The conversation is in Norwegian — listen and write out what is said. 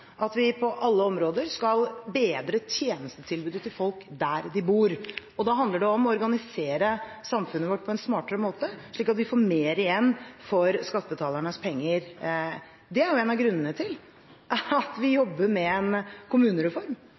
at vi på alle områder skal bedre tjenestetilbudet til folk der de bor. Da handler det om å organisere samfunnet vårt på en smartere måte, slik at vi får mer igjen for skattebetalernes penger. Det er en av grunnene til at vi jobber med en kommunereform.